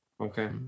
Okay